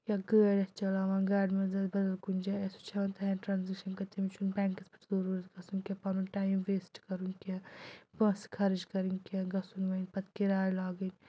یا گٲڑۍ آسہِ چَلاوان گاڑِ منٛز آسہِ بدل کُنہِ جایہِ آسہِ تَتٮ۪ن ٹرٛانزٮ۪کشَن کَرِ تٔمِس چھُنہٕ بٮ۪نٛکَس پٮ۪ٹھ ضوٚروٗرَتھ گژھُن کینٛہہ پَنُن ٹایم ویسٹ کَرُن کینٛہہ پونٛسہٕ خَرچ کَرٕنۍ کینٛہہ گژھُن وۄنۍ پَتہٕ کِراے لاگٕنۍ